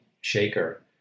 shaker